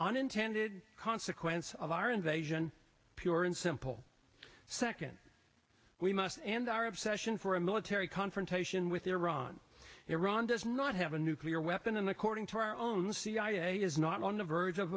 unintended consequence of our invasion pure and simple second we must and our obsession for a military confrontation with iran iran does not have a nuclear weapon and according to our own cia is not on the verge of